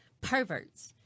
perverts